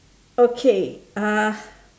okay uh